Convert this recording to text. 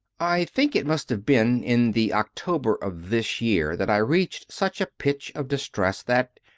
i think it must have been in the october of this year that i reached such a pitch of distress that,